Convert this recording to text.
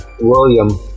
William